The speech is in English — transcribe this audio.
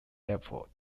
airport